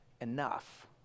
enough